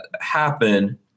happen